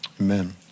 amen